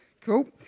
Cool